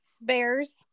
bears